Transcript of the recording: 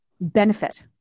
benefit